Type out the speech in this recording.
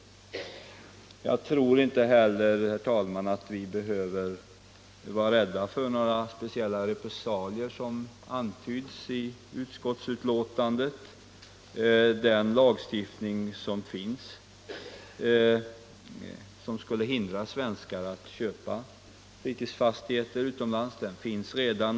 Torsdagen den Jag tror inte, herr talman, att vi behöver vara rädda för några speciella 29 maj 1975 repressalier som antytts i utskottsbetänkandet. Vår lag som skall hindra äorlvestssäk re svenskar att köpa fritidsfastigheter utomlands finns ju redan.